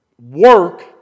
work